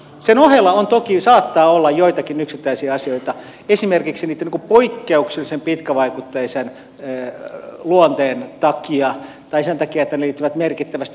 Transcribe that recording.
sen ohella toki saattaa olla joitakin yksittäisiä asioita esimerkiksi niitten poikkeuksellisen pitkävaikutteisen luonteen takia tai sen takia että ne liittyvät merkittävästi johonkin muuhun